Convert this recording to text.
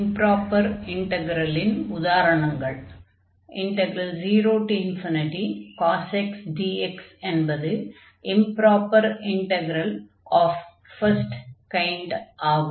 improper இன்டக்ரலின் உதாரணங்கள் 0cos xdx என்பது ஒரு improper integral of first kind ஆகும்